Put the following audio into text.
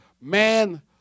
man